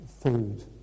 food